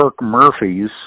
Murphy's